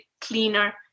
cleaner